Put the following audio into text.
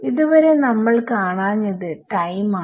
ഇത് വരെ നമ്മൾ കാണാഞ്ഞത് ടൈം ആണ്